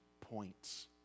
points